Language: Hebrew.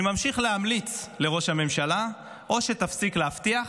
אני ממשיך להמליץ לראש הממשלה: או שתפסיק להבטיח,